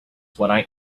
what